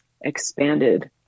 expanded